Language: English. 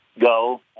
go